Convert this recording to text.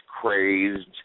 crazed